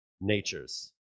natures